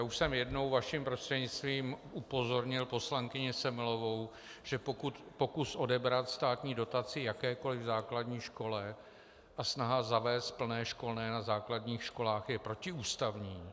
Už jsem jednou vaším prostřednictvím upozornil poslankyni Semelovou, že pokus odebrat státní dotaci jakékoliv základní škole a snaha zavést plné školné na základních školách je protiústavní.